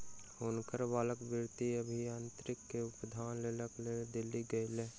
हुनकर बालक वित्तीय अभियांत्रिकी के उपाधि लेबक लेल दिल्ली गेला